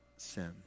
sin